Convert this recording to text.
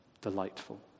delightful